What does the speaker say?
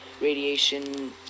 radiation